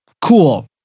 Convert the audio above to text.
cool